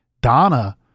Donna